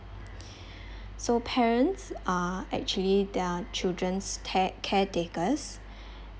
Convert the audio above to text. so parents are actually their children's tare~ caretakers